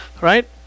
right